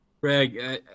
Greg